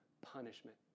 punishment